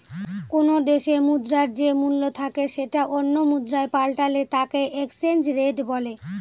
কোনো দেশে মুদ্রার যে মূল্য থাকে সেটা অন্য মুদ্রায় পাল্টালে তাকে এক্সচেঞ্জ রেট বলে